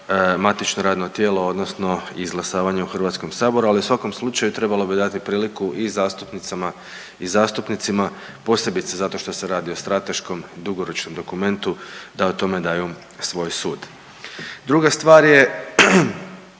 matično radno tijelo odnosno izglasavanje u Hrvatskom saboru. Ali u svakom slučaju trebalo bi dati priliku i zastupnicima i zastupnicama posebice zato što se radi o strateškom dugoročnom dokumentu da o tome daju svoj sud. Druga stvar je